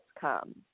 come